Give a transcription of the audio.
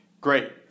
Great